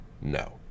No